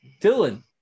Dylan